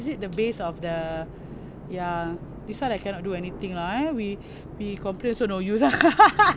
is it the base of the ya this one I cannot do anything lah eh we we complain also no use ah